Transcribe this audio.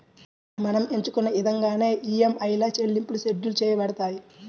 మనం ఎంచుకున్న ఇదంగానే ఈఎంఐల చెల్లింపులు షెడ్యూల్ చేయబడతాయి